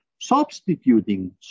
substituting